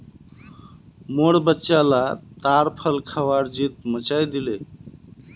मोर बच्चा ला ताड़ फल खबार ज़िद मचइ दिले